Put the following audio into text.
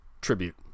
tribute